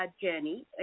journey